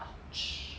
!ouch!